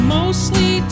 mostly